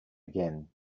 again